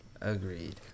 Agreed